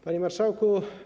Panie Marszałku!